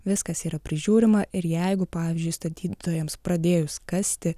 viskas yra prižiūrima ir jeigu pavyzdžiui statytojams pradėjus kasti